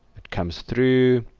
it comes through